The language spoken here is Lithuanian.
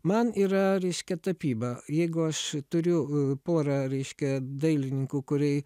man yra reiškia tapyba jeigu aš turiu porą reiškia dailininkų kurie